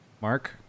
Mark